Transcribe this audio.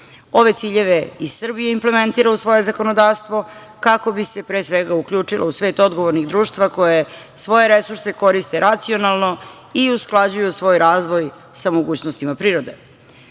Ove ciljeve i Srbija implementira u svoje zakonodavstvo kako bi se, pre svega, uključila u svet odgovornih društava, koje svoje resurse koriste racionalno i usklađuju svoj razvoj sa mogućnostima prirode. Ono